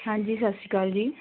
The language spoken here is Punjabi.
ਹਾਂਜੀ ਸਤਿ ਸ਼੍ਰੀ ਅਕਾਲ ਜੀ